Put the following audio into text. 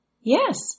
Yes